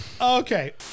Okay